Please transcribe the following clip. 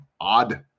odd